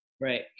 right